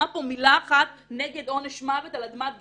מילה אחת בעד עונש מוות על אדמת גרמניה,